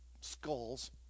skulls